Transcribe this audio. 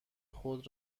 خود